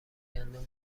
گندم